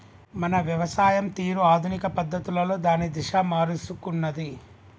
మన వ్యవసాయం తీరు ఆధునిక పద్ధతులలో దాని దిశ మారుసుకున్నాది